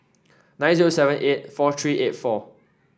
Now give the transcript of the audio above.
nine zero seven eight four three eight four